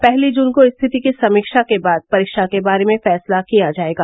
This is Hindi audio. पहली जून को स्थिति की समीक्षा के बाद परीक्षा के बारे में फैसला किया जायेगा